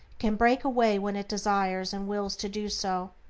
can break away when it desires and wills to do so,